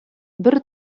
бер